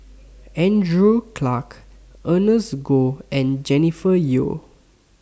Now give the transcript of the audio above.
Andrew Clarke Ernest Goh and Jennifer Yeo